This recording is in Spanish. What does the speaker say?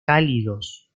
cálidos